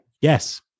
Yes